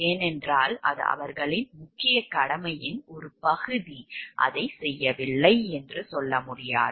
ஏனென்றால் அது அவர்களின் முக்கிய கடமையின் ஒரு பகுதி அதைச் செய்யவில்லை என்று சொல்ல முடியாது